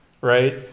right